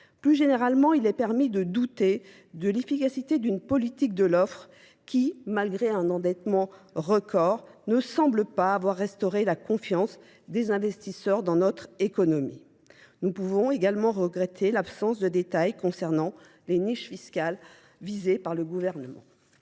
Plus généralement, il est permis de douter de l'efficacité d'une politique de l'offre qui, malgré un endettement record, ne semble pas avoir restauré la confiance des investisseurs dans notre économie. Nous pouvons également regretter l'absence de détails concernant les niches fiscales visées par le gouvernement.